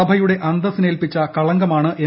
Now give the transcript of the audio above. സഭയുടെ അന്ത്സ്സിനേൽപ്പിച്ച കളങ്കമാണ് എം